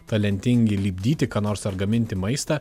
talentingi lipdyti ką nors ar gaminti maistą